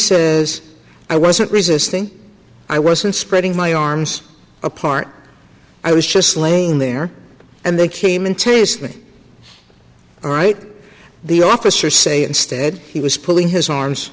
as i wasn't resisting i wasn't spreading my arms apart i was just laying there and they came and tase me all right the officer say instead he was pulling his arms